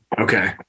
Okay